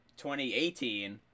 2018